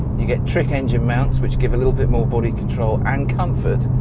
you get trick engine mounts, which give a little bit more body control and comfort.